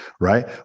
right